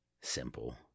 simple